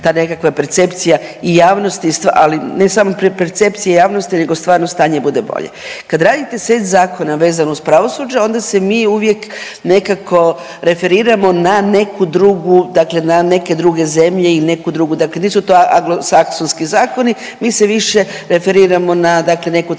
ta nekakva percepcija i javnosti, ali ne samo percepcija javnosti nego stvarno stanje bude bolje. Kad radite set zakona vezano uz pravosuđe ona se mi uvijek referiramo na neku drugu dakle na neke druge zemlje ili neku drugu, dakle nisu to anglosaksonski zakoni, mi se više referiramo na neku tradiciju